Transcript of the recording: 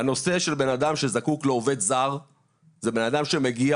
בן אדם שזקוק לעובד זר זה בן אדם שמגיע,